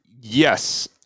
Yes